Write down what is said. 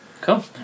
Cool